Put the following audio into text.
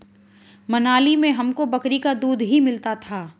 मनाली में हमको बकरी का दूध ही मिलता था